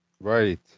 Right